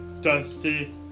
Dusty